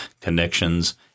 connections